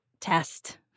test